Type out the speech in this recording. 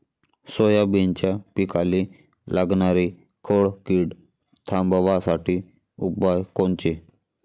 सोयाबीनच्या पिकाले लागनारी खोड किड थांबवासाठी उपाय कोनचे?